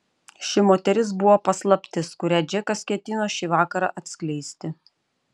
ši moteris buvo paslaptis kurią džekas ketino šį vakarą atskleisti